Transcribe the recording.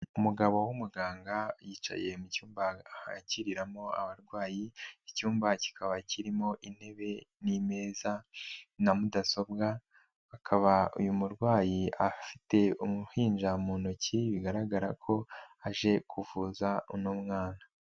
Umugabo w'umuganga yicaye mu cyumba yakiriramo abarwayi, icyumba kikaba kirimo intebe n'imeza na mudasobwa, akaba uyu murwayi afite uruhinja mu ntoki, bigaragara ko aje kuvuza uno mwana.